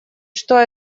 что